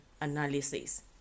analysis